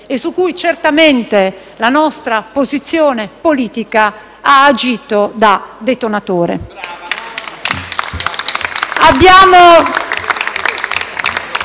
e su cui certamente la nostra posizione politica ha agito da detonatore.